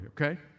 okay